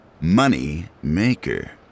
Moneymaker